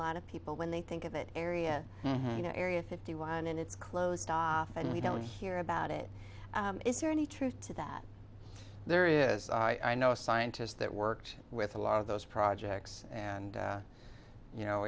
lot of people when they think of that area you know area fifty one and it's closed off and we don't hear about it is there any truth to that there is i know a scientist that worked with a lot of those projects and you know